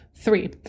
Three